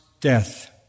death